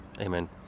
Amen